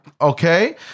okay